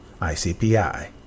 ICPI